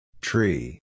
Tree